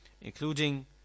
including